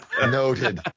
Noted